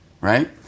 Right